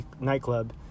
Nightclub